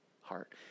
heart